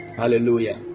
Hallelujah